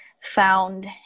found